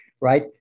right